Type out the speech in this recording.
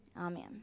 Amen